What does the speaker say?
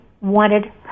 wanted